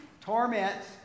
Torments